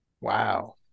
Wow